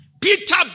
Peter